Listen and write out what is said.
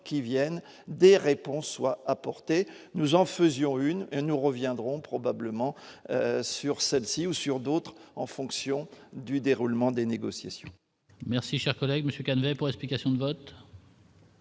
qui viennent, des réponses soient apportées, nous en faisions une et nous reviendront probablement sur celle-ci, ou sur d'autres, en fonction du déroulement des négociations.